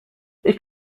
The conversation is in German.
ich